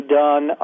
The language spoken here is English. done